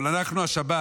אבל אנחנו בשבת